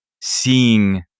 seeing